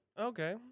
Okay